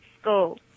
school